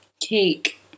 Cake